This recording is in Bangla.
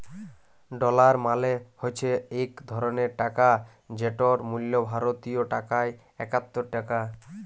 ডলার মালে হছে ইক ধরলের টাকা যেটর মূল্য ভারতীয় টাকায় একাত্তর টাকা